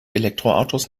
elektroautos